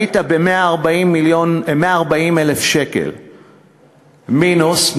היית ב-140,000 שקלים מינוס,